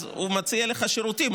אז הוא מציע לך שירותים.